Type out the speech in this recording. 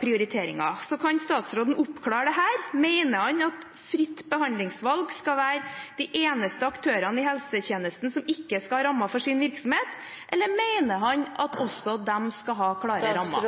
prioriteringer. Kan statsråden oppklare dette: Mener han at aktørene med fritt behandlingsvalg skal være de eneste i helsetjenesten som ikke skal ha rammer for sin virksomhet, eller mener han at også de skal ha klare rammer?